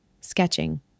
sketching